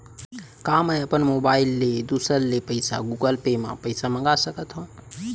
का मैं अपन मोबाइल ले दूसर ले पइसा गूगल पे म पइसा मंगा सकथव?